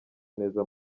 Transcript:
neza